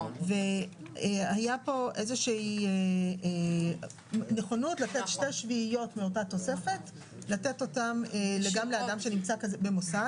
היתה פה איזושהי נכונות לתת 2/7 מאותה תוספת גם לאדם שנמצא במוסד.